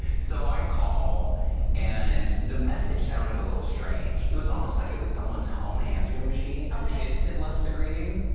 so i call and the message sounded a little strange. it was almost like it was someone's home answering machine. the kids had left the greeting.